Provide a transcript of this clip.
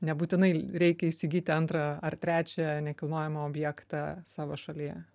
nebūtinai reikia įsigyti antrą ar trečią nekilnojamą objektą savo šalyje